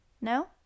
No